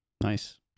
Nice